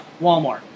Walmart